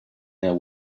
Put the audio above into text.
now